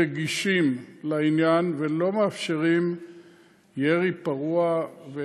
רגישים לעניין ולא מאפשרים ירי פרוע או